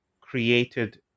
created